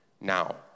now